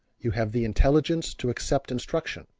you have the intelligence to accept instruction.